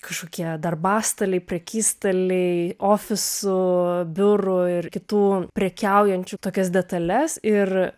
kažkokie darbastaliai prekystaliai ofisų biurų ir kitų prekiaujančių tokias detales ir